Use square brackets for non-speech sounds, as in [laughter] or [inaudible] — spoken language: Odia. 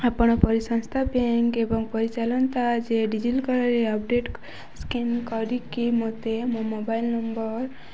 ଆପଣ ପରିସଂସ୍ଥା ବ୍ୟାଙ୍କ ଏବଂ ପରିଚାଲନ୍ତା ଯେ [unintelligible] ରେ ଅପଡ଼େଟ୍ ସ୍କାନ୍ କରିକି ମୋତେ ମୋ ମୋବାଇଲ୍ ନମ୍ବର